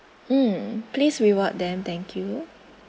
mm please reward them thank you